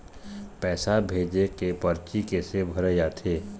पैसा भेजे के परची कैसे भरे जाथे?